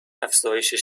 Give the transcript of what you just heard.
افزایشی